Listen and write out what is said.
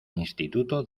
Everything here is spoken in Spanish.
instituto